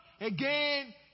again